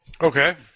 Okay